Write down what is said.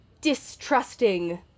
Distrusting